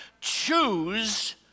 choose